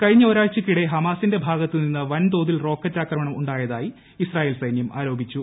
കഴിഞ്ഞ ഒരാഴ്ചയ്ക്കിടെ ഹമാസിന്റെ ഭാഗത്തുനിന്ന് വൻ തോതിൽ റോക്കറ്റ് ആക്രമണം ഉണ്ടായതായി ഇസ്രയേൽ സൈന്യം ആരോപിച്ചു